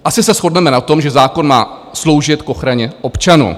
Asi se shodneme na tom, že zákon má sloužit k ochraně občanů.